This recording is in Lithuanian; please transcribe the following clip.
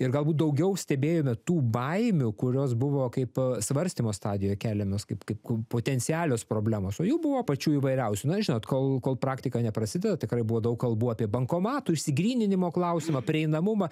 ir galbūt daugiau stebėjome tų baimių kurios buvo kaip a svarstymo stadijoj keliamos kaip kaip kum potencialios problemos o jų buvo pačių įvairiausių na žinot kol kol praktika neprasideda tikrai buvo daug kalbų apie bankomatų išsigryninimo klausimo prieinamumą